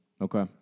Okay